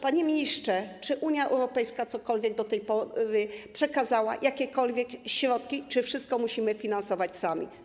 Panie ministrze, czy Unia Europejska do tej pory przekazała jakiekolwiek środki, czy wszystko musimy finansować sami?